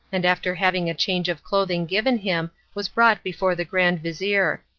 and after having a change of clothing given him was brought before the grand-vizir.